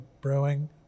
brewing